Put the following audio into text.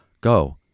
Go